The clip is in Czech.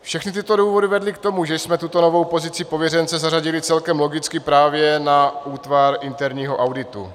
Všechny tyto důvody vedly k tomu, že jsme tuto novou pozici pověřence zařadili celkem logicky právě na útvar interního auditu.